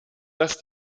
dass